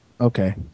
Okay